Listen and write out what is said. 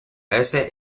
ese